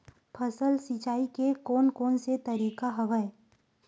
फसल सिंचाई के कोन कोन से तरीका हवय?